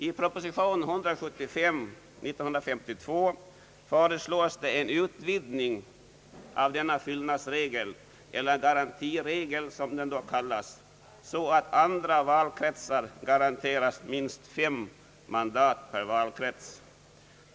I proposition nr 175 år 1952 föreslogs en utvidgning av denna fyllnadsregel — eller garantiregeln som den då kallades — så att andra valkretsar garanteras minst fem mandat vardera.